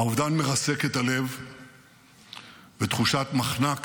האובדן מרסק את הלב ותחושת מחנק